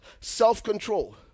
self-control